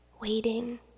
waiting